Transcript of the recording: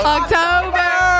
October